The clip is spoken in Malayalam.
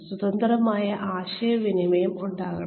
സ്വതന്ത്രമായ ആശയവിനിമയം ഉണ്ടാകണം